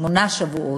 שמונה שבועות,